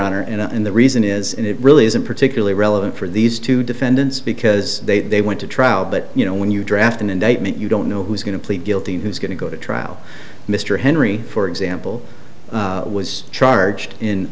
honor and the reason is and it really isn't particularly relevant for these two defendants because they they went to trial but you know when you draft an indictment you don't know who's going to plead guilty who's going to go to trial mr henry for example was charged in